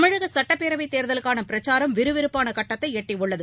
தமிழக சுட்டப்பேரவை தேர்தலுக்கான பிரச்சாரம் விறுவிறப்பான கட்டத்தை எட்டியுள்ளது